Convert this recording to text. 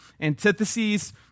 antitheses